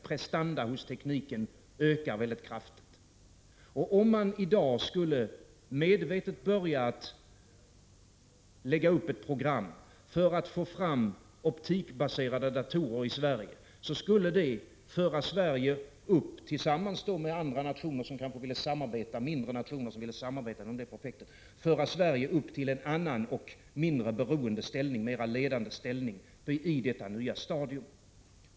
Prestanda hos tekniken ökar mycket kraftigt. Och om man i dag medvetet skulle börja att lägga upp ett program för att få fram optikbaserade datorer i Sverige, skulle det föra Sverige upp, tillsammans med andra mindre nationer som kanske vill samarbeta beträffande projektet, till en mindre beroende och mera ledande ställning i detta nya stadium.